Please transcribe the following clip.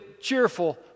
cheerful